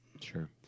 Sure